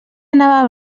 anava